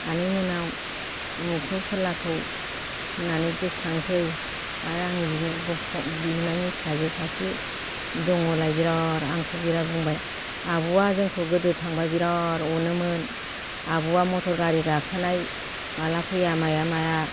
आनैमोननाव उमुखखौ फोरलाखौ होननानै गोसो खांसै आरो आंनि बिमायनि फिसाजो सासे दङ'लाय बिराद आंखौ बिराद बुंबाय आब'आ जोंखौ गोदो थांबा बिराद अनोमोन आब'आ मटर गारि गाखोनाय माला फैया माला माया